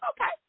okay